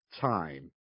time